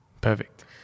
perfect